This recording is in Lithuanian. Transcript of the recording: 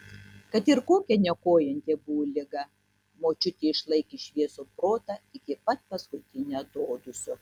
kad ir kokia niokojanti buvo liga močiutė išlaikė šviesų protą iki pat paskutinio atodūsio